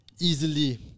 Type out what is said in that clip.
easily